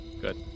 Good